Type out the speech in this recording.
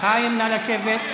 נא לשבת.